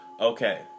Okay